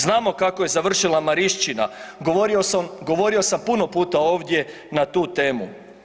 Znamo kako je završila Marišćina, govorio sam puno puta ovdje na tu temu.